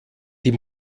die